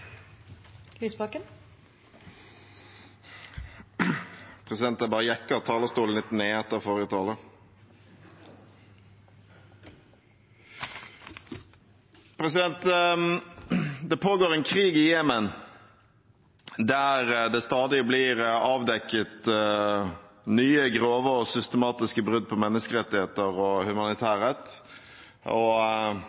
bare jekker talerstolen litt ned etter forrige taler. Det pågår en krig i Jemen der det stadig blir avdekket nye grove og systematiske brudd på menneskerettigheter og